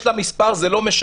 יש לה מספר, זה לא משנה.